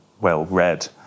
well-read